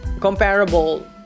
comparable